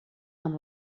amb